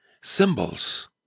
Symbols